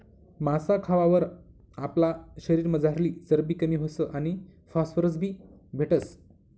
मासा खावावर आपला शरीरमझारली चरबी कमी व्हस आणि फॉस्फरस बी भेटस